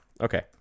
Okay